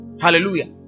Hallelujah